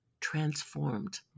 transformed